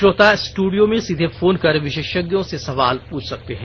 श्रोता स्ट्रडियो में सीधे फोन कर विशेषज्ञों से सवाल पुछ सकते हैं